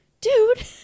Dude